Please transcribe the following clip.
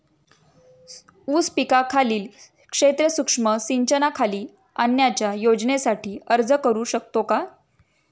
ऊस पिकाखालील क्षेत्र सूक्ष्म सिंचनाखाली आणण्याच्या योजनेसाठी अर्ज करू शकतो का?